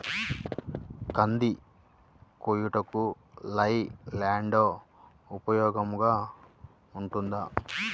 కంది కోయుటకు లై ల్యాండ్ ఉపయోగముగా ఉంటుందా?